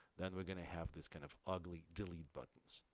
then we're gonna have these kind of ugly delete buttons.